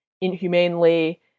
inhumanely